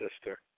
sister